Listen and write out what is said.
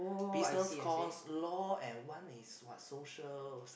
business course law and one is what social